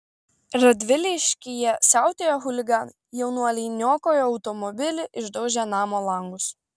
radviliškyje siautėjo chuliganai jaunuoliai niokojo automobilį išdaužė namo langus